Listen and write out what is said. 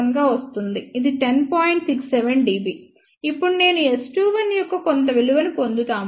ఇప్పుడు నేను S21 యొక్క కొంత విలువను పొందుతాము